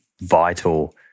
vital